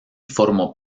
formó